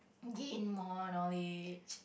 gain more knowledge